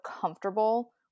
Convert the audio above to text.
comfortable